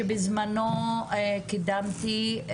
שבזמנו קידמתי,